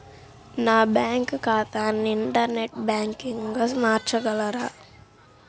నా బ్యాంక్ ఖాతాని ఇంటర్నెట్ బ్యాంకింగ్గా మార్చగలరా?